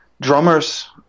drummers